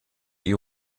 you